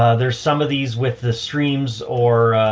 ah there's some of these with the streams or,